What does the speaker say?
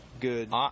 good –